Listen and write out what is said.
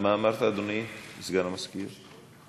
מה אמרת, אדוני סגן המזכירה?